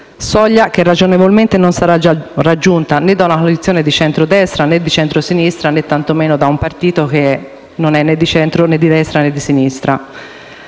soglia che ragionevolmente non sarà raggiunta né dal centrodestra, né dal centrosinistra, né, tantomeno, da un partito che non è di centro, di destra e di sinistra.